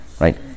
right